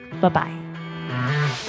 Bye-bye